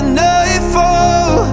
nightfall